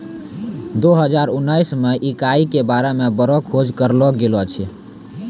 दो हजार उनैस मे इकाई के बारे मे बड़ो खोज करलो गेलो रहै